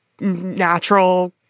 natural